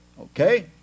Okay